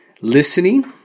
listening